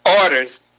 orders